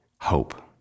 hope